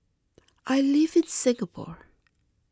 I live in Singapore